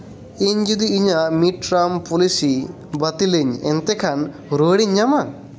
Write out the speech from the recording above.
ᱤᱧ ᱡᱩᱫᱤ ᱤᱧᱟᱹᱜ ᱢᱤᱰᱼᱴᱟᱨᱢ ᱯᱚᱞᱤᱥᱤ ᱵᱟᱹᱛᱤᱞᱤᱧ ᱮᱱᱠᱷᱟᱱ ᱨᱩᱣᱟᱹᱲᱟᱹᱧ ᱧᱟᱢᱟ